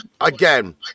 again